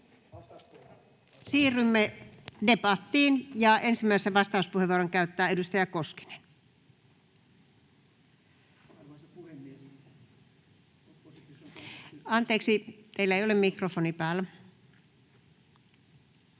Siirrymme debattiin, ja ensimmäisen vastauspuheenvuoron käyttää edustaja Koskinen. Arvoisa puhemies! Oppositiossa